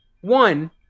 One